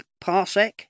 Parsec